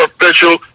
official